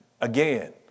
Again